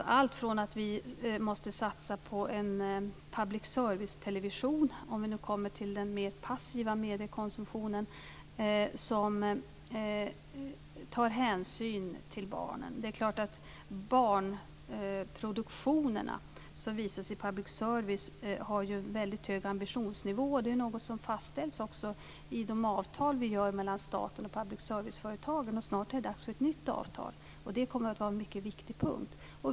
Det kan handla om allt från att vi måste satsa på en public service-television, om vi nu kommer till den mer passiva mediekonsumtionen, som tar hänsyn till barnen. Det är klart att barnproduktionerna som visas i public service har en hög ambitionsnivå. Det är något som också fastställs i de avtal vi ingår mellan staten och public service-företagen, och snart är det dags för ett nytt avtal. Det kommer att vara en mycket viktig punkt.